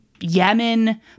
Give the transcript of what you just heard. Yemen